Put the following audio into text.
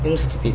stupid